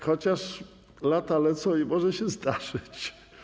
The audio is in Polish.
Chociaż lata lecą i może się zdarzyć.